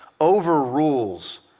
overrules